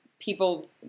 People